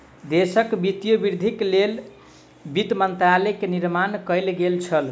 देशक वित्तीय वृद्धिक लेल वित्त मंत्रालय के निर्माण कएल गेल छल